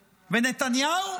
ונתניהו?